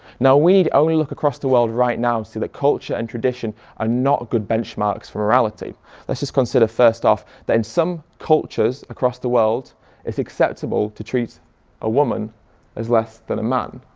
now we need only look across the world right now to see that culture and tradition are not good benchmarks for morality let's just consider first off that in some cultures across the world it's acceptable to treat a woman as less than a man.